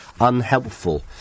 unhelpful